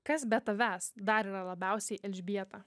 kas be tavęs dar yra labiausiai elžbieta